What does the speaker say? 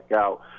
out